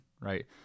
Right